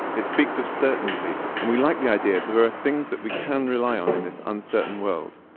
it speaks of certainty, and we like the idea that there are things that we can rely on in this uncertain world.